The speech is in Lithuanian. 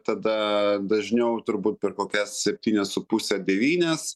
tada dažniau turbūt per kokias septynias su puse devynias